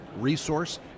resource